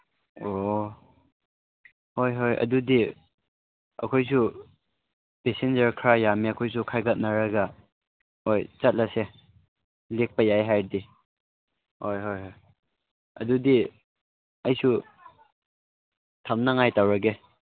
ꯑꯣ ꯍꯣꯏ ꯍꯣꯏ ꯑꯗꯨꯗꯤ ꯑꯩꯈꯣꯏꯁꯨ ꯄꯦꯁꯦꯟꯖꯔ ꯈꯔ ꯌꯥꯝꯃꯦ ꯑꯩꯈꯣꯏꯁꯨ ꯈꯥꯏꯒꯠꯅꯔꯒ ꯍꯣꯏ ꯆꯠꯂꯁꯦ ꯂꯦꯛꯄ ꯌꯥꯏ ꯍꯥꯏꯗꯤ ꯍꯣꯏ ꯍꯣꯏ ꯍꯣꯏ ꯑꯗꯨꯗꯤ ꯑꯩꯁꯨ ꯊꯝꯅꯉꯥꯏ ꯇꯧꯔꯒꯦ